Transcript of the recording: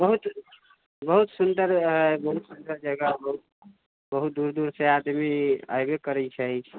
बहुत बहुत सुन्दर बहुत सुन्दर जगह है बहुत दूर दूरसँ आदमी अइबे करै छै